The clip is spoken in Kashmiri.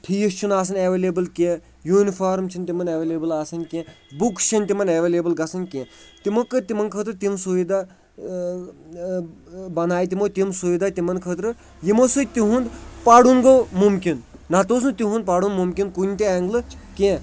فیٖس چھُنہٕ آسان ایویلیبٕل کینٛہہ یوٗنِفارٕم چھِنہٕ تِمن ایویلیبٕل آسان کینٛہہ بُکٕس چھنہٕ تِمن ایویلیبٕل گژھان کینٛہہ تِمو کٔرۍ تِمن خٲطرٕ تِم سُوِدا بنایہِ تِمو تِم سُویداہ تِمن خٲطرٕ یِمو سۭتۍ تِہُنٛد پرُن گوٚو مُمکِن نتہٕ اوس نہٕ تِہُنٛد پرُن مُمکِن کُنہِ تہِ اٮ۪نٛگلہٕ کینٛہہ